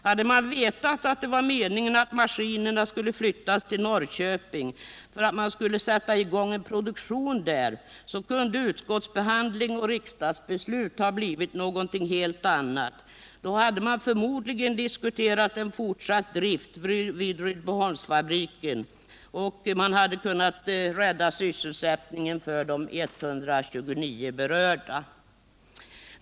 Hade vi vetat att det var meningen att maskinerna skulle flyttas till Norrköping för att man skulle sätta i gång en produktion där, kunde utskottsbehandlingen och riksdagsbeslutet ha blivit något helt annat. Då hade vi förmodligen diskuterat fortsatt drift vid Rydboholmsfabriken för att rädda sysselsättningen för de 129 berörda.